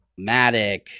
Matic